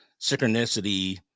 synchronicity